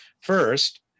first